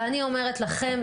ואני אומרת לכם,